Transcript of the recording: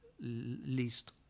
least